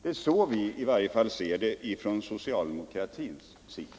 — Det är i varje fall så vi socialdemokrater ser det.